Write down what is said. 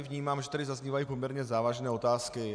Vnímám, že tu zaznívají poměrně závažné otázky.